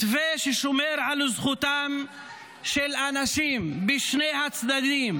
מתווה ששומר על זכותם של אנשים בשני הצדדים